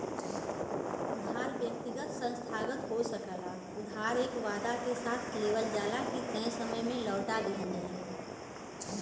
उधार व्यक्तिगत संस्थागत हो सकला उधार एह वादा के साथ लेवल जाला की तय समय में लौटा दिहल जाइ